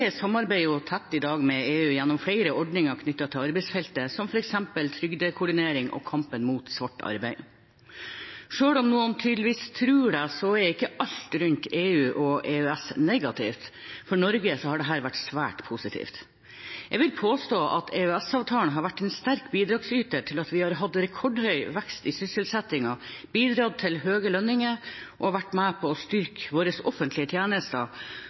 samarbeider i dag tett med EU gjennom flere ordninger knyttet til arbeidsfeltet, som f.eks. trygdekoordinering og kampen mot svart arbeid. Selv om noen tydeligvis tror det, er ikke alt rundt EU og EØS negativt. For Norge har dette vært svært positivt. Jeg vil påstå at EØS-avtalen har vært en sterk bidragsyter til at vi har hatt rekordhøy vekst i sysselsettingen, bidratt til høye lønninger og vært med på å styrke